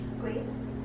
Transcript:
Please